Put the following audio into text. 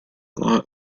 law